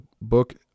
book